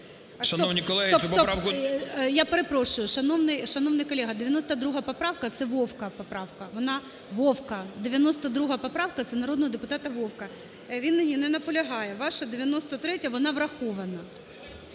Стоп! Стоп! Я перепрошую, шановний колего, 92 поправка це Вовка поправка, вона… Вовка, 92 поправка це народного депутата Вовка. Він на ній не наполягає. Ваша 93-я, вона врахована.